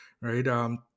Right